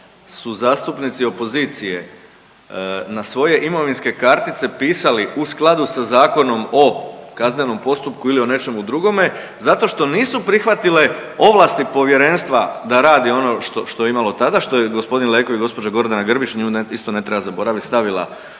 su zastupnici opozicije na svoje imovinske kartice pisali u skladu sa Zakonom o kaznenom postupku ili o nečemu drugome zato što nisu prihvatile ovlasti Povjerenstva da radi ono što je imalo tada, što je g. Leko i Gordana Grbić, nju isto ne treba zaboraviti, stavila u